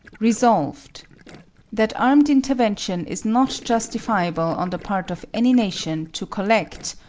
resolved that armed intervention is not justifiable on the part of any nation to collect,